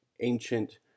ancient